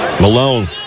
Malone